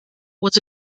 was